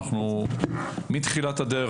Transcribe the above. מתחילת הדרך,